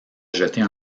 jeter